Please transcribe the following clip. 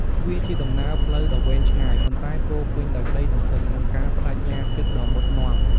វាជាដំណើរផ្លូវដ៏វែងឆ្ងាយ ប៉ុន្តែពោរពេញដោយក្តីសង្ឃឹម និងការប្តេជ្ញាចិត្តដ៏មុតមាំ។